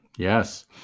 Yes